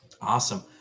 Awesome